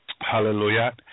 Hallelujah